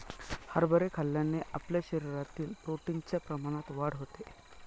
हरभरे खाल्ल्याने आपल्या शरीरातील प्रोटीन च्या प्रमाणात वाढ होते